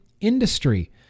industry